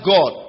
God